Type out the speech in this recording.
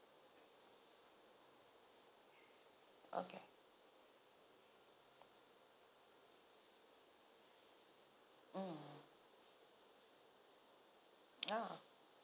okay mm ah